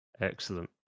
excellent